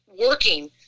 working